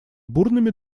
бурными